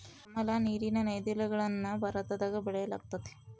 ಕಮಲ, ನೀರಿನ ನೈದಿಲೆಗಳನ್ನ ಭಾರತದಗ ಬೆಳೆಯಲ್ಗತತೆ